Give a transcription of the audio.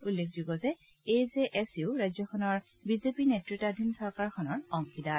উল্লেখযোগ্য যে A J S U ৰাজ্যখনৰ বিজেপি নেত্ৰত্বাধীন চৰকাৰখনৰ অংশীদাৰ